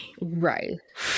right